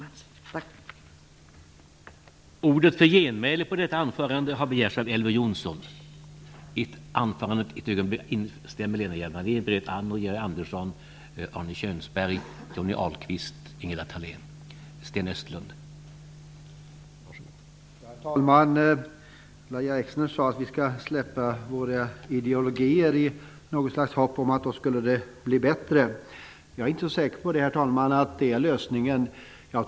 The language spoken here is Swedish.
Tack!